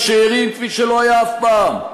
כפי שלא היה אף פעם,